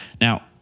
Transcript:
Now